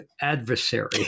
adversary